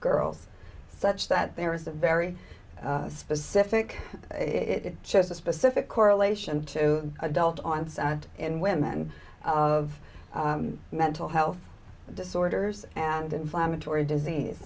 girls such that there is a very specific it shows a specific correlation to adult onset in women of mental health disorders and inflammatory disease